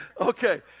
Okay